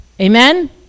Amen